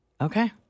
Okay